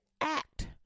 act